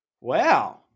Wow